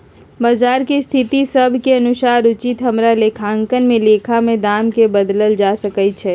बजार के स्थिति सभ के अनुसार उचित हमरा लेखांकन में लेखा में दाम् के बदलल जा सकइ छै